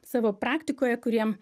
savo praktikoje kuriem